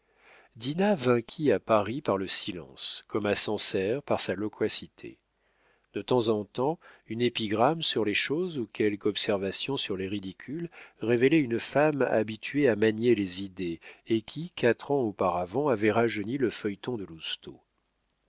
vainquit à paris par le silence comme à sancerre par sa loquacité de temps en temps une épigramme sur les choses ou quelque observation sur les ridicules révélait une femme habituée à manier les idées et qui quatre ans auparavant avait rajeuni le feuilleton de